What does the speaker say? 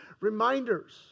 reminders